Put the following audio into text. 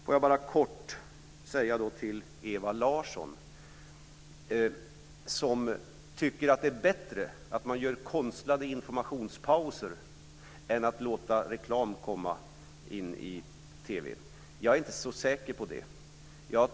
Får jag kort säga följande till Ewa Larsson. Hon tycker att det är bättre att göra konstlade informationspauser än att låta reklam komma in i TV. Jag är inte så säker på det.